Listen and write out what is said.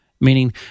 meaning